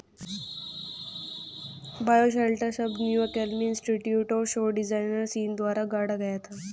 bioshelter शब्द New Alchemy Institute और सौर डिजाइनर सीन द्वारा गढ़ा गया था